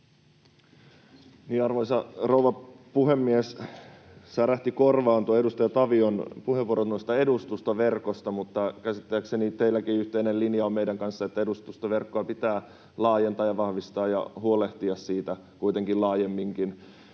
Arvoisa rouva puhemies! Särähti korvaan tuo edustaja Tavion puheenvuoro noista edustustoverkoista, mutta käsittääkseni teilläkin on meidän kanssamme yhteinen linja, että edustustoverkkoa pitää laajentaa ja vahvistaa ja huolehtia siitä kuitenkin laajemminkin,